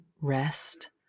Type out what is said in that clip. rest